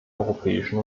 europäischen